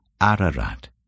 Ararat